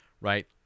right